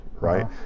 Right